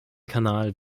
kanal